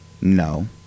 No